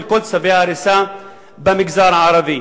של כל צווי ההריסה במגזר הערבי.